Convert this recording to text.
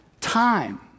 time